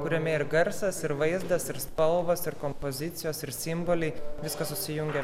kuriame ir garsas ir vaizdas ir spalvos ir kompozicijos ir simboliai viskas susijungia